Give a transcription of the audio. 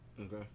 okay